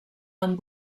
amb